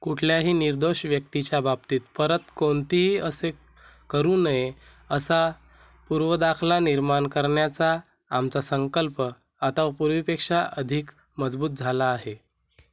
कुठल्याही निर्दोश व्यक्तीच्या बाबतीत परत कोणतीही असे करू नये असा पूर्व दाखला निर्माण करण्याचा आमचा संकल्प आता पूर्वीपेक्षा अधिक मजबूत झाला आहे